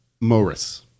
Morris